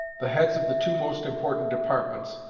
the heads of the two most important departments,